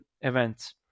events